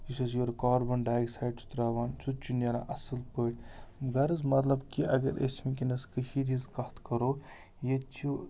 یُس أسۍ یورٕ کاربَن ڈاے آکسایڈ چھِ ترٛاوان سُہ تہِ چھُ نیران اَصٕل پٲٹھۍ غرٕض مطلب کہِ اگر أسۍ وٕنۍکٮ۪نَس کٔشیٖرِ ہِنٛز کَتھ کَرو ییٚتہِ چھِ